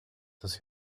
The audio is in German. das